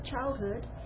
childhood